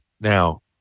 now